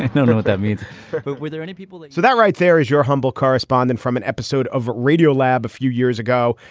no, no. what that means were there any people. so that right there is your humble correspondent from an episode of radiolab a few years ago.